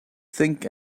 think